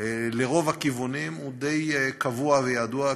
לרוב הכיוונים הוא די קבוע וידוע,